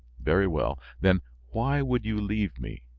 very well, then why would you leave me?